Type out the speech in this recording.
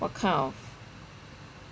what kind of